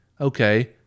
okay